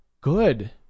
good